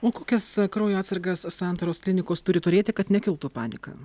o kokias kraujo atsargas santaros klinikos turi turėti kad nekiltų panika